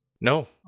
No